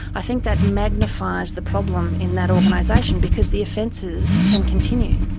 i think that magnifies the problem in that organisation, because the offences can continue.